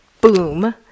boom